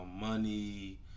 money